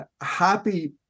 happy